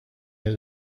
that